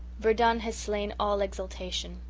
verdun has slain all exultation.